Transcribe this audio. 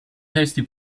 testi